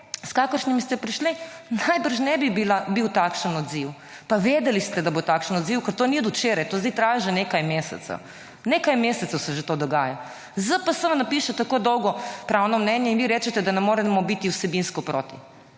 s kakršnimi ste prišli najbrž ne bi bil takšen odziv pa vedeli ste, da bo takšen odziv, ker to ni od včeraj, to sedaj traja že nekaj mesecev, nekaj mesecev se že to dogaja. ZPS vam naše tako dolgo pravno mnenje in vi rečete, da ne moremo biti vsebinsko proti.